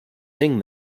sing